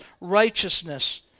righteousness